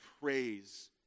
praise